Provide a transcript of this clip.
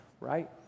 right